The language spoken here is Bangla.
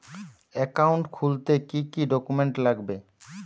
অ্যাকাউন্ট খুলতে কি কি ডকুমেন্ট লাগবে?